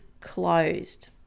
closed